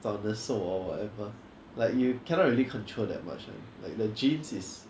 长得瘦 or whatever like you cannot really control that much ah like the genes is